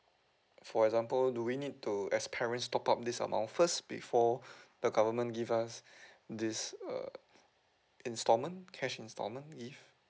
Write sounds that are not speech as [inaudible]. for example do we need to as parents top up this amount first before [breath] the government give us [breath] this err instalment cash instalment give